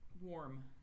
warm